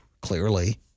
Clearly